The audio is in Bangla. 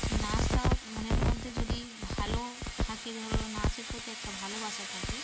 নাচটা মনের মধ্যে যদি ভালো থাকে ধরো নাচের প্রতি একটা ভালোবাসা থাকে